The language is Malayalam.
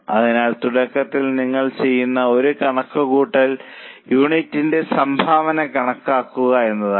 അതിനാൽ തുടക്കത്തിൽ നിങ്ങൾ ചെയ്യുന്ന ഒരു കണക്കുകൂട്ടൽ യൂണിറ്റിന്റെ സംഭാവന കണക്കാക്കുക എന്നതാണ്